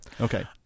okay